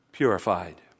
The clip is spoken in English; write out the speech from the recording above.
Purified